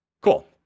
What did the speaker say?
cool